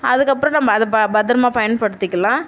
அதுக்கப்புறம் நம்ம அதை ப பத்திரமா பயன்படுத்திக்கலாம்